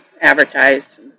advertise